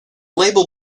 label